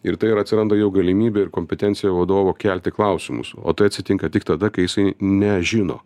ir tai ir atsiranda jau galimybė ir kompetencija vadovo kelti klausimus o tai atsitinka tik tada kai jisai nežino